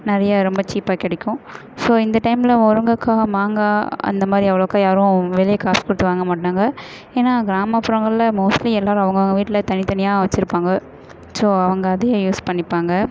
நிறையா ரொம்ப சீப்பாக கிடைக்கும் ஸோ இந்த டைமில் முருங்கைக்காய் மாங்காய் அந்த மாதிரி அவ்வளோக்கா யாரும் வெளியே காசு கொடுத்து வாங்க மாட்டாங்க ஏன்னால் கிராமப்புறங்களில் மோஸ்ட்லீ எல்லாேரும் அவங்க அவங்க வீட்டில் தனித்தனியாக வச்சுருப்பாங்க ஸோ அவங்க அதையே யூஸ் பண்ணிப்பாங்க